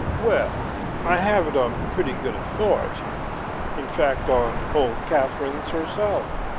well i have it on pretty good authority in fact, on old catherine's herself